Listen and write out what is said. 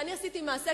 ואני עשיתי מעשה,